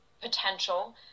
potential